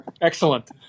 excellent